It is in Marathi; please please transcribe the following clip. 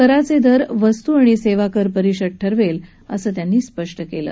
कराचे दर वस्तू आणि सेवा कर परिषद ठरवेल असं त्यांनी स्पष्ट केलं